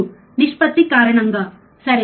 ఇది నిష్పత్తి కారణంగా సరే